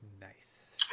Nice